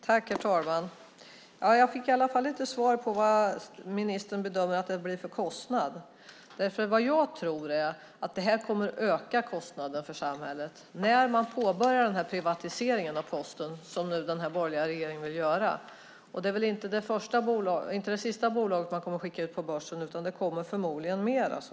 Herr talman! Jag fick i alla fall inte svar på vilken kostnad ministern bedömer att det blir. Jag tror att det kommer att öka kostnaden för samhället när man påbörjar privatiseringen av Posten som den borgerliga regeringen vill. Det är väl inte det sista bolag som man skickar ut på börsen. Det kommer förmodligen flera.